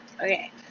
Okay